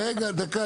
רגע דקה,